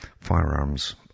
firearms